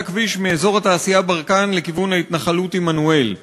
הכביש מאזור התעשייה ברקן לכיוון ההתנחלות עמנואל.